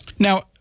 Now